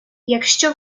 якщо